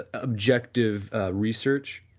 objective research?